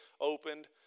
opened